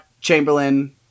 Chamberlain